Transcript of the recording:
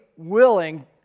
Willing